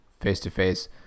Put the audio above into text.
face-to-face